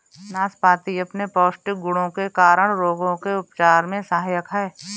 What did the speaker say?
नाशपाती अपने पौष्टिक गुणों के कारण रोगों के उपचार में सहायक है